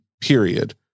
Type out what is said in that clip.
period